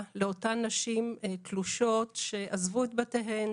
לאותן הנשים שעזבו את חייהן ואת בתיהן,